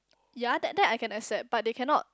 ya that that I can accept but they cannot